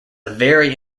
very